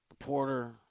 reporter